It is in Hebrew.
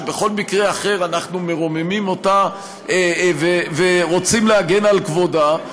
שבכל מקרה אחר אנחנו מרוממים אותה ורוצים להגן על כבודה,